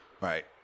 Right